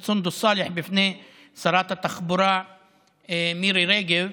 סונדוס סאלח בפני שרת התחבורה מירי רגב,